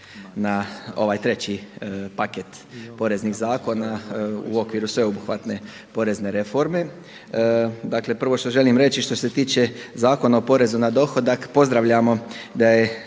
na ovaj treći paket poreznih zakona u okviru sveobuhvatne porezne reforme. Dakle, prvo što želim reći što se tiče Zakona o porezu na dohodak pozdravljamo da je